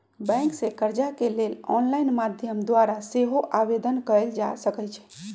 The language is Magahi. बैंक से कर्जा के लेल ऑनलाइन माध्यम द्वारा सेहो आवेदन कएल जा सकइ छइ